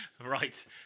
Right